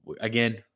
Again